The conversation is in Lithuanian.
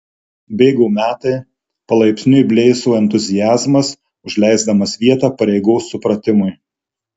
bėgo metai palaipsniui blėso entuziazmas užleisdamas vietą pareigos supratimui